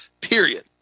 period